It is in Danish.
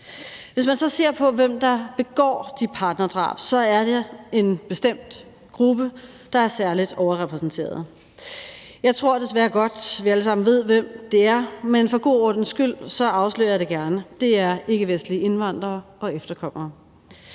Hvis man så ser på, hvem der begår de partnerdrab, så er der en bestemt gruppe, der er særlig overrepræsenteret. Jeg tror desværre godt, vi alle sammen ved, hvem det er, men for god ordens skyld, afslører jeg det gerne: Det er ikkevestlige indvandrere og deres efterkommere.